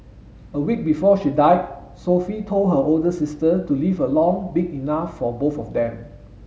a week before she died Sophie told her older sister to live a life big enough for both of them